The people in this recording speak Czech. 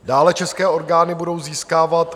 Dále české orgány budou získávat...